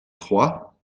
trois